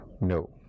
No